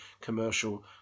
commercial